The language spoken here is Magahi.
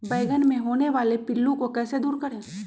बैंगन मे होने वाले पिल्लू को कैसे दूर करें?